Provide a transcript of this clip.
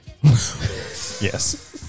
Yes